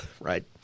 right